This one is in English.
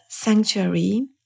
sanctuary